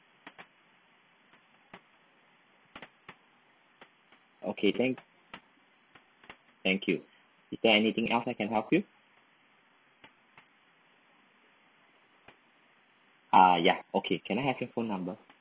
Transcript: okay thank thank you is there anything else I can help you ah ya okay can I have your phone number